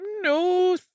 no